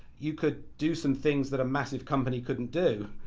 you could do some things that a massive company couldn't do.